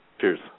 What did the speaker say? Cheers